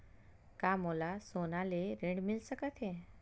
का मोला सोना ले ऋण मिल सकथे?